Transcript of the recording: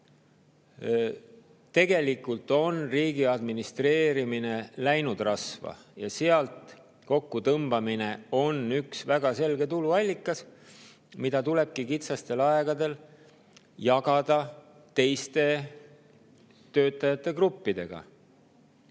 Tegelikult on riigi administreerimine läinud rasva ja sealt kokku tõmbamine on üks väga selge tuluallikas, mida tulebki kitsastel aegadel jagada teiste töötajate gruppidega.